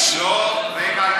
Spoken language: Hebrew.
לא, רגע.